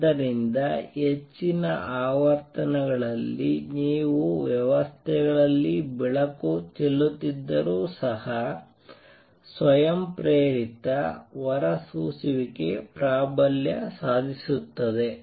ಆದ್ದರಿಂದ ಹೆಚ್ಚಿನ ಆವರ್ತನಗಳಲ್ಲಿ ನೀವು ವ್ಯವಸ್ಥೆಗಳಲ್ಲಿ ಬೆಳಕು ಚೆಲ್ಲುತ್ತಿದ್ದರೂ ಸಹ ಸ್ವಯಂಪ್ರೇರಿತ ಹೊರಸೂಸುವಿಕೆ ಪ್ರಾಬಲ್ಯ ಸಾಧಿಸುತ್ತದೆ